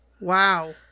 Wow